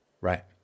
right